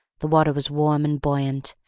the water was warm and buoyant,